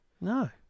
No